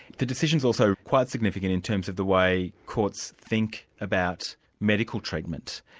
the decision's also quite significant in terms of the way courts think about medical treatment,